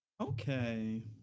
Okay